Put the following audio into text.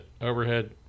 overhead